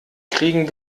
kriegen